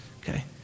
Okay